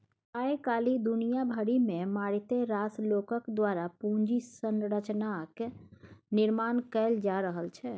आय काल्हि दुनिया भरिमे मारिते रास लोकक द्वारा पूंजी संरचनाक निर्माण कैल जा रहल छै